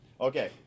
Okay